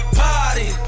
party